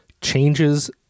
changes